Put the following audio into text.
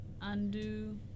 undo